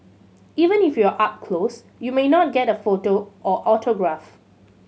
even if you are up close you may not get a photo or autograph